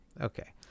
Okay